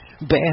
bad